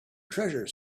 treasure